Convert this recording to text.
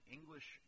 English